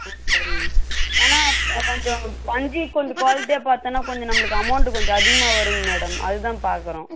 ம் சரிங்க மேம் ஏன்னா கொஞ்சம் பஞ்சு கொஞ்சம் க்வாலிட்டியாக பார்த்தோன்னா கொஞ்சம் நம்மளுக்கு அமௌண்ட்டு கொஞ்சம் அதிகமாக வருங்க மேடம் அதுதான் பார்க்குறோம்